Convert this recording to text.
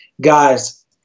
guys